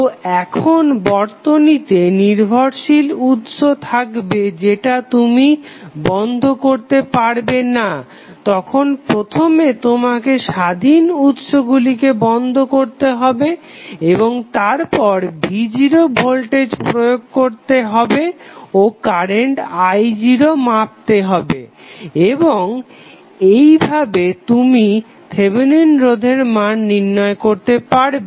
তো যখন বর্তনীতে নির্ভরশীল উৎস থাকবে যেটা তুমি বন্ধ করতে পারবে না তখন প্রথমে তোমাকে সমস্ত স্বাধীন উৎসগুলিকে বন্ধ করতে হবে এবং তারপর v0 ভোল্টেজ প্রয়োগ করতে হবে ও কারেন্ট i0 মাপতে হবে এবং এইভাবে তুমি থেভেনিন রোধের মান নির্ণয় করতে পারবে